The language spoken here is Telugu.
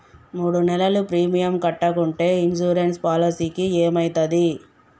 మూడు నెలలు ప్రీమియం కట్టకుంటే ఇన్సూరెన్స్ పాలసీకి ఏమైతది?